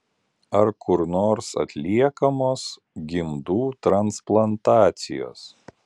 ar kur nors atliekamos gimdų transplantacijos